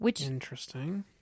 Interesting